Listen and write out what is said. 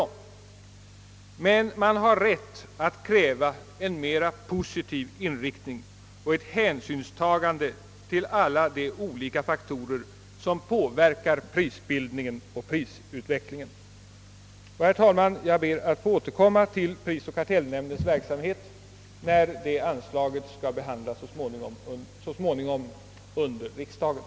Man har emellertid rätt att kräva en mera positiv inriktning och ett hänsynstagande till alla de olika faktorer som påverkar prisbildningen och prisutvecklingen. Herr talman! Jag ber att få återkomma till prisoch kartellnämndens verksamhet när frågan om nämndens anslag skall behandlas senare under riksdagen.